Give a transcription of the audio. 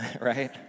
right